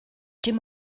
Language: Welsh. dim